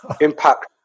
impact